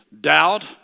doubt